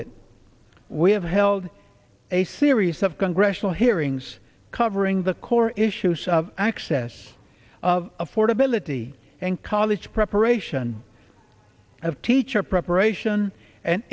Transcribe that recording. it we have held a series of congressional hearings covering the core issues of access of affordability and college preparation of teacher preparation an